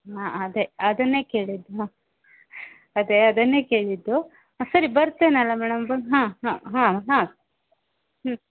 ಹಾಂ ಅದೇ ಅದನ್ನೇ ಕೇಳಿದ್ದು ಮಾ ಅದೇ ಅದನ್ನೇ ಕೇಳಿದ್ದು ಸರಿ ಬರ್ತೇನಲ್ಲ ಮೇಡಮ್ ಬನ್ ಹಾಂ ಹಾಂ ಹಾಂ ಹಾಂ ಹ್ಞೂ